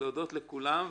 להודות לכולם.